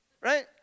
Right